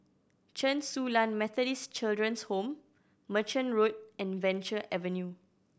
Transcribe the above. Chen Su Lan Methodist Children's Home Merchant Road and Venture Avenue